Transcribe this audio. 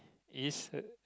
is